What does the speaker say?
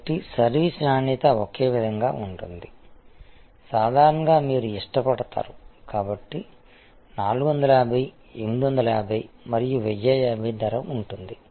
కాబట్టి సర్వీసు నాణ్యత ఒకే విధంగా ఉంటుంది సాధారణంగా మీరు ఇష్టపడతారు కాబట్టి 450 850 మరియు 1050 ధర ఉంటుంది